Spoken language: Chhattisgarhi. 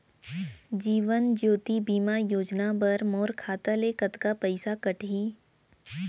जीवन ज्योति बीमा योजना बर मोर खाता ले कतका पइसा कटही?